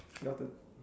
your turn